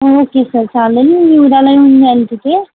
okay sir चालेल मी उद्या येऊन जाईल तिथे